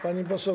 Pani poseł.